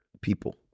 people